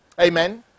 Amen